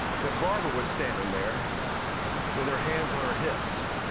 that barbara was standing there with her hands on her hips